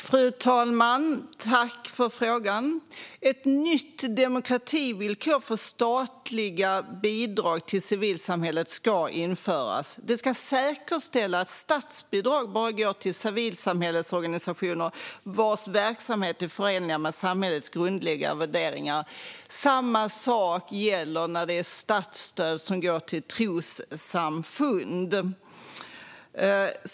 Fru talman! Jag tackar ledamoten för frågan. Ett nytt demokrativillkor för statliga bidrag till civilsamhället ska införas. Det ska säkerställa att statsbidrag bara går till civilsamhällesorganisationer vars verksamhet är förenlig med samhällets grundläggande värderingar. Samma sak gäller statsstöd som går till trossamfund.